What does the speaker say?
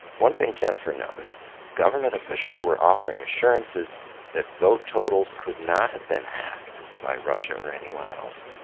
one thing jennifer noticed government officials were offering assurances that vote totals could not have been hacked by russia or anyone else,